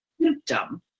symptom